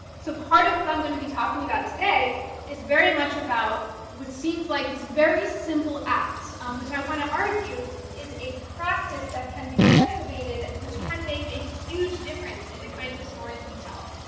so part of what i'm going to be talking about today is very much about what seems like this very simple act, which i want to argue is a practice that can be cultivated which can make a huge difference in the kinds of stories we tell.